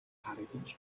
харагдаж